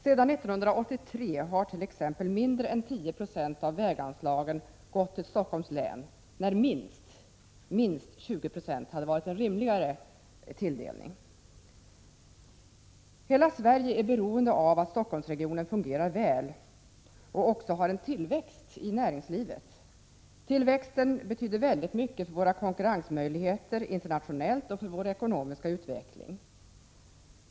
Sedan 1983 har mindre än 10 90 av väganslagen gått till Stockholms län, när minst 20 90 hade varit en rimligare tilldelning. Hela Sverige är beroende av att Stockholmsregionen fungerar väl och också har en tillväxt i näringslivet. Tillväxten betyder väldigt mycket för våra konkurrensmöjligheter internationellt och för vår ekonomiska utveckling.